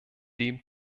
dem